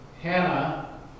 Hannah